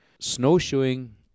Snowshoeing